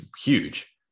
huge